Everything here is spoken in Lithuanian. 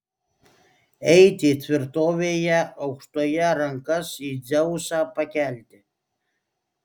eiti ir tvirtovėje aukštoje rankas į dzeusą pakelti